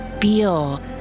feel